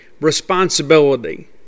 responsibility